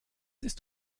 ist